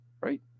right